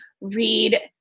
read